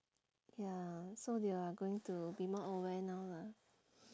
ya so they are going to be more aware now lah